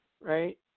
right